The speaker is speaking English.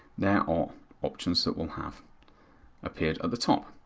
there are options that will have appeared at the top,